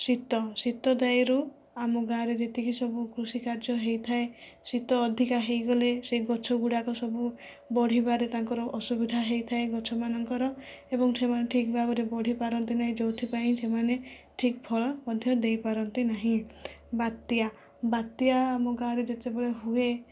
ଶୀତ ଶୀତ ଦାଉରୁ ଆମ ଗାଁରେ ଯେତିକି ସବୁ କୃଷିକାର୍ଯ୍ୟ ହୋଇଥାଏ ଶୀତ ଅଧିକା ହୋଇଗଲେ ସେ ଗଛ ଗୁଡ଼ାକ ସବୁ ବଢ଼ିବାରେ ତାଙ୍କର ଅସୁବିଧା ହୋଇଥାଏ ଗଛମାନଙ୍କର ଏବଂ ସେମାନେ ଠିକ ଭାବରେ ବଢ଼ି ପାରନ୍ତି ନାହିଁ ଯେଉଁଥିପାଇଁ ସେମାନେ ଠିକ ଫଳ ମଧ୍ୟ ଦେଇ ପାରନ୍ତି ନାହିଁ ବାତ୍ୟା ବାତ୍ୟା ଆମ ଗାଁରେ ଯେତେବେଳେ ହୁଏ